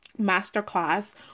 masterclass